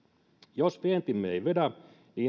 jos vientimme ei vedä